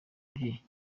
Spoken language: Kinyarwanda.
bye